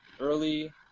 early